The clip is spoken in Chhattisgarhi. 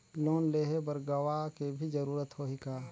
लोन लेहे बर गवाह के भी जरूरत होही का?